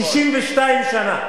62 שנה.